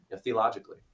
theologically